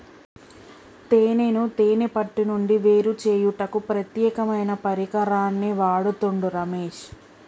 తేనెను తేనే పట్టు నుండి వేరుచేయుటకు ప్రత్యేకమైన పరికరాన్ని వాడుతుండు రమేష్